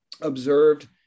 observed